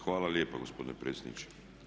Hvala lijepa gospodine predsjedniče.